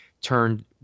turned